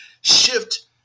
shift